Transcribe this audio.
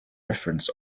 reference